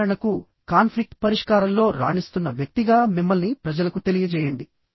ఉదాహరణకు కాన్ఫ్లిక్ట్ పరిష్కారంలో రాణిస్తున్న వ్యక్తిగా మిమ్మల్ని ప్రజలకు తెలియజేయండి